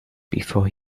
before